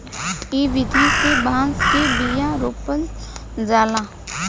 इ विधि से बांस के बिया रोपल जाला